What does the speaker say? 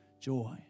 Joy